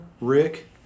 Rick